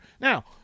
Now